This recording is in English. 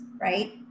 Right